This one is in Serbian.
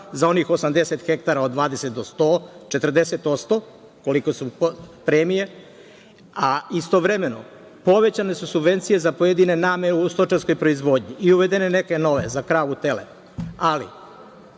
za onih 80 hektara od 20 do 100, 40%, koliko su premije, a istovremeno, povećane su subvencije za pojedine namene u stočarskoj proizvodnji i uvedene neke nove, za kravu, tele.